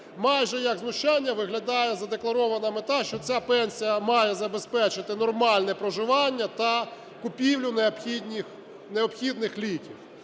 майже як знущання виглядає задекларована мета, що ця пенсія має забезпечити нормальне проживання та купівлю необхідних ліків.